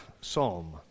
Psalm